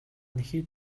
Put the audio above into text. нэхий